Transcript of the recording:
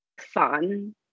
fun